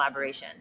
collaborations